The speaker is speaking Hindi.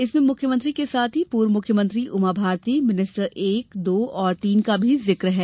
इसमें मुख्यमंत्री के साथ ही पूर्व मुख्यमंत्री उमा भारती मिनिस्टर एक दो और तीन का भी जिक है